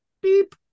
beep